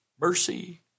mercy